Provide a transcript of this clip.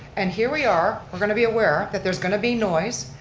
and here we are, we're going to be aware that there's going to be noise,